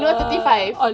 !alamak!